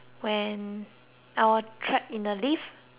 uh trapped in the lift